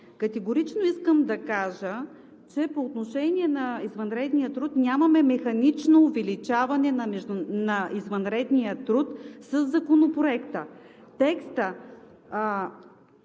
Категорично искам да кажа, че по отношение на извънредния труд нямаме механично увеличаване на извънредния труд със Законопроекта. Текстът